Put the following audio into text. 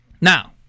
Now